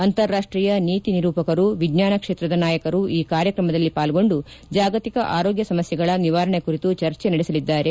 ಅಂತಾರಾಷ್ಷೀಯ ನೀತಿ ನಿರೂಪಕರು ವಿಜ್ವಾನ ಕ್ಷೇತ್ರದ ನಾಯಕರು ಈ ಕಾರ್ಯಕ್ರಮದಲ್ಲಿ ಪಾಲ್ಗೊಂಡು ಜಾಗತಿಕ ಆರೋಗ್ಗ ಸಮಸ್ನೆಗಳ ನಿವಾರಣೆ ಕುರಿತು ಚರ್ಚೆ ನಡೆಸಲಿದ್ದಾರೆ